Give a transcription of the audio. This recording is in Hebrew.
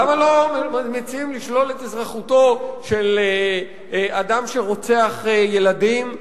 למה לא מציעים לשלול את אזרחותו של אדם שרוצח ילדים?